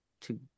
two